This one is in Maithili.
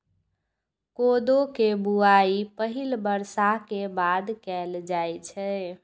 कोदो के बुआई पहिल बर्षा के बाद कैल जाइ छै